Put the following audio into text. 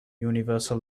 universal